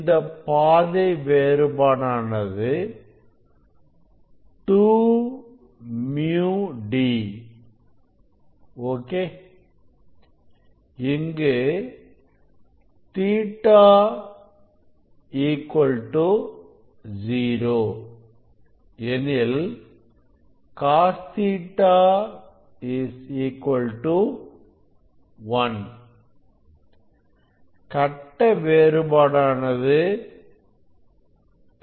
இந்த பாதை வேறுபாடானது 2 µ d ok இங்கு Ɵ 0 cos Ɵ 1 கட்ட வேறுபாடானது π